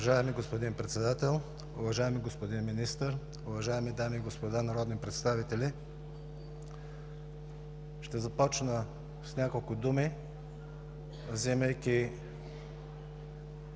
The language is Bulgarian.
Уважаеми господин Председател, уважаеми господин Министър, уважаеми дами и господа народни представители! Ще започна с няколко думи, вземайки